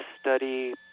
study